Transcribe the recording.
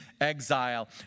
exile